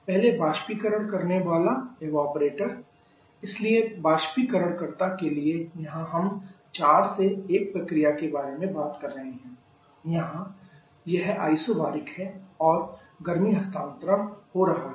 पहले बाष्पीकरण करनेवाला इसलिए बाष्पीकरणकर्ता के लिए यहां हम 4 से 1 प्रक्रिया के बारे में बात कर रहे हैं यहां यह आइसोबैरिक है और गर्मी हस्तांतरण हो रहा है